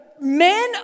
men